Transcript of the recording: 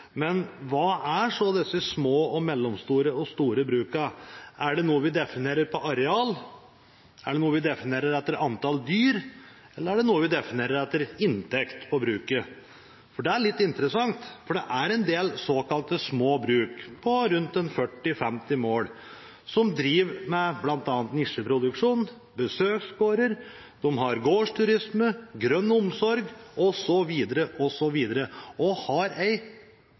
men hva er så disse små, mellomstore og store brukene? Er det noe vi definerer etter areal? Er det noe vi definerer etter antall dyr? Eller er det noe vi definerer etter inntekt av bruket? Det er litt interessant, for det er en del såkalt små bruk på rundt 40–50 mål som driver med bl.a. nisjeproduksjon – er besøksgårder, har gårdsturisme, grønn omsorg osv. – og har